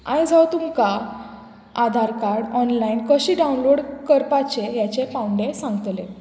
आयज हांव तुमकां आधार कार्ड ऑनलायन कशें डावनलोड करपाचें हेचें पांवडे सांगतलें